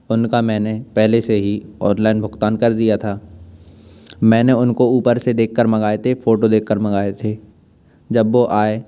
उनका मैंने पहले से ही औडलाइन भुगतान कर दिया था मैंने उनको ऊपर से देख कर मँगाए थे फोटो देखकर मँगाए थे जब वो आए